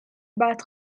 بعد